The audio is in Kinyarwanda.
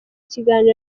kiganiro